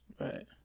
right